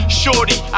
shorty